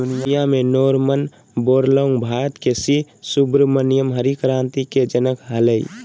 दुनिया में Norman Borlaug Bharat के सी सुब्रमण्यम हरित क्रांति के जनक हलई